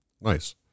Nice